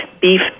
beef